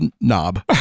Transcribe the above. Knob